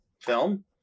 film